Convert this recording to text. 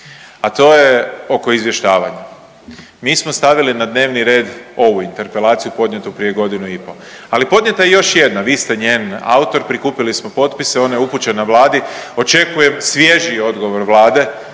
a to je oko izvještavanja. Mi smo stavili na dnevni red ovu interpelaciju podnijetu prije godinu i pol. Ali podnijeta je još jedna, vi ste njen autor. Prikupili smo potpise, ona je upućena Vladi. Očekujem svježiji odgovor Vlade